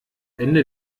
ende